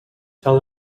tell